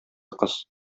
кыз